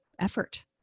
effort